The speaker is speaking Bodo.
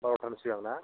बार'थानि सिगां ना